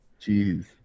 Jeez